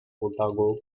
otago